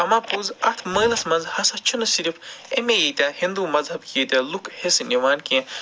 اَما پوٚز اَتھ مٲلَس منٛز ہسا چھِنہٕ صرِف أمی ییٖتیاہ ہِنٛدُو مزہبٕکۍ ییٖتیاہ لُکھ حصہٕ نِوان کیٚنہہ